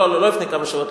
לא לפני כמה שבועות,